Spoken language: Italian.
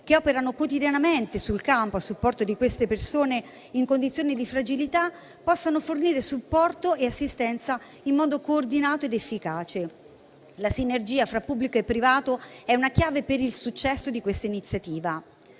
che operano quotidianamente sul campo a supporto delle persone in condizioni di fragilità possano fornire supporto e assistenza in modo coordinato ed efficace. La sinergia fra pubblico e privato è una chiave per il successo di questa iniziativa.